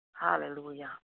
Hallelujah